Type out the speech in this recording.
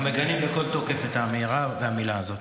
מגנים בכל תוקף את האמירה והמילה הזאת.